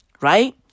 Right